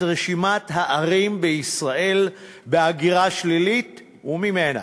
רשימת הערים בישראל בהגירה שלילית ממנה.